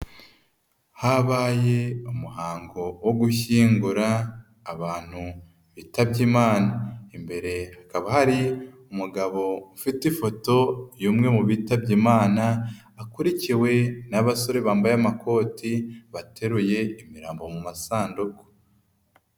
Habaye umuhango wo gushyingura abantu bitabye imana, imbere hakaba hari umugabo ufite ifoto y'umwe mu bitabye imana akurikiwe n'abasore bambaye amakoti bateruye imirambo mu masanduku.